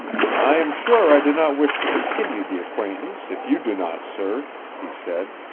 i am sure i do not wish to continue the acquaintance if you do not, sir, he said.